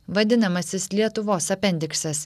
vadinamasis lietuvos apendiksas